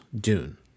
dune